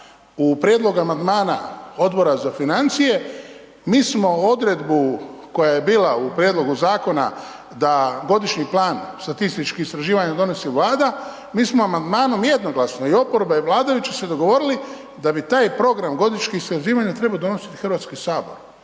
u prijedlogu amandmana Odbora za financije, mi smo odredbu koja je bila u prijedlogu zakona, da godišnji plan statističkih istraživanja donosi Vlada, mi smo amandmanom jednoglasno, i oporba i vladajući se dogovorili da bi taj program godišnjih sazivanja donositi Hrvatski sabor.